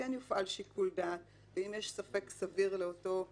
שכן יופעל שיקול דעת ואם יש ספק סביר לאותו שוטר,